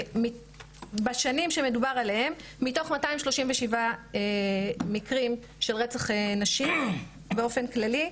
בשנים שמדובר עליהן מתוך 237 מקרים של רצח נשים באופן כללי,